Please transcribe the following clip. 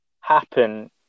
happen